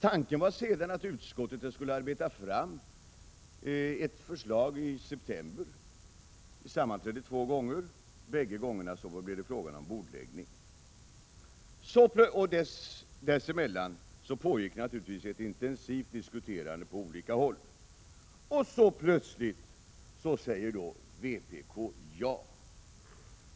Tanken var att utskottet sedan skulle arbeta fram ett förslag i september. Vi sammanträdde två gånger, och bägge gångerna blev det bordläggning. Däremellan pågick naturligtvis ett intensivt diskuterande på olika håll. Så säger plötsligt vpk ja.